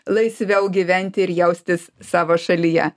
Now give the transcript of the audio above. laisviau gyventi ir jaustis savo šalyje